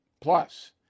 Plus